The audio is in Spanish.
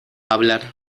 hablar